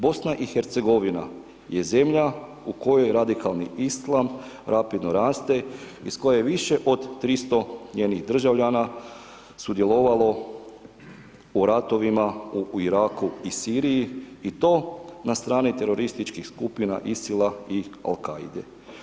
BiH je zemlja u kojoj radikalni Islam rapidno raste, iz koje je više od 300 njenih državljana sudjelovalo u ratovima u Iraku i Siriji i to na strani terorističkih skupina Isila i Al Kaide.